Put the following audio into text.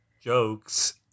jokes